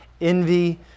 envy